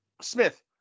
Smith